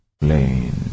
plain